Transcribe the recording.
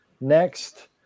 next